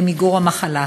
למיגור המחלה.